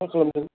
मा खालामदों